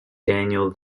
daniel